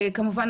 כמובן,